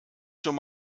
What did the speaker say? schon